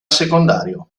secondario